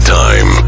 time